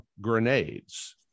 grenades